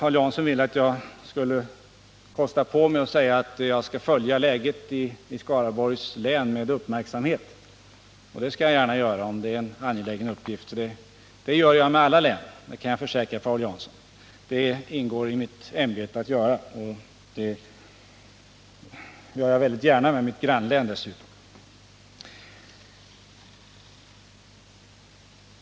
Paul Jansson vill att jag skall kosta på mig att säga att jag skall följa läget i Skaraborgs län med uppmärksamhet. Det skall jag gärna göra, om Paul Jansson finner det angeläget. Det gör jag med alla län, kan jag försäkra Paul Jansson —det ingår i mitt ämbete att göra det. Jag gör det väldigt gärna med ett grannlän dessutom.